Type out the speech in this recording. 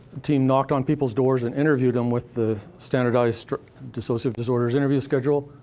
team knocked on people's doors and interviewed them with the standardized dissociative disorders interview schedule,